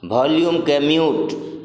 volume कए mute